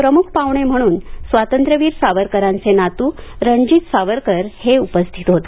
प्रमुख पाहुणे म्हणून स्वातंत्र्यवीर सावरकरांचे नातू रणजीत सावरकर हे उपस्थित होते